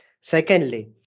Secondly